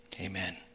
Amen